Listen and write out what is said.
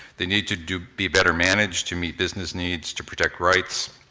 they need to to be better managed to meet business needs, to protect rights,